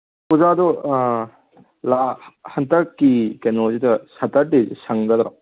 ꯑꯣꯖꯥꯗꯣ ꯍꯟꯗꯛꯀꯤ ꯀꯩꯅꯣꯁꯤꯗ ꯁꯦꯇꯔꯗꯦꯁꯤꯗ ꯁꯪꯒꯗ꯭ꯔꯣ